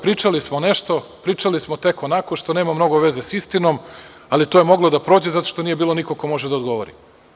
Pričali smo nešto, pričali smo tek onako što nema mnogo veze sa istinom, ali to je moglo da prođe zato što nije bilo nikoga ko može da odgovori.